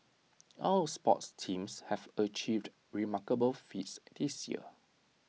our sports teams have achieved remarkable feats this year